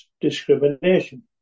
discrimination